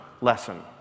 lesson